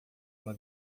uma